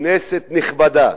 כנסת נכבדה,